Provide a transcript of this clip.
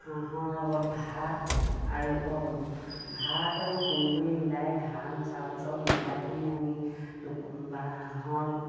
হাঁহৰ লগত ভাত আৰু ভাত আৰু তুঁহগুড়ি মিলাই ধান চাউল চব মিলাই পিনি আমি বা হাঁহৰ